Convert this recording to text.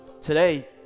Today